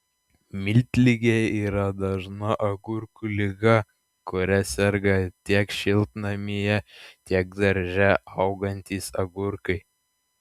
miltligė yra dažna agurkų liga kuria serga tiek šiltnamyje tiek darže augantys agurkai